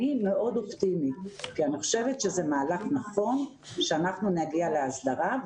אני מאוד אופטימית כי אני חושבת שזה מהלך נכון שאנחנו נגיע להסדרה,